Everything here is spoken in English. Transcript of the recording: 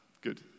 Good